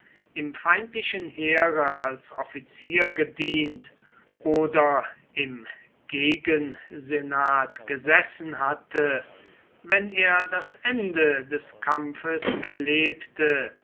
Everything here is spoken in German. im feindlichen heere als offizier gedient oder im gegensenat gesessen hatte wenn er das ende des kampfes erlebte